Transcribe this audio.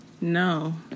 No